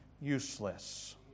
useless